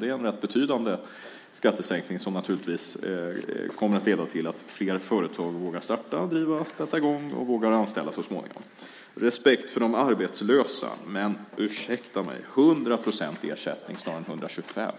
Det är en rätt betydande skattesänkning som naturligtvis kommer att leda till att fler vågar starta och driva företag och så småningom anställa. Respekt för de arbetslösa och, ursäkta mig, 100 procents ersättning, snarare än 125,